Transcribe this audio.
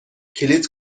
کلید